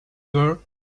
there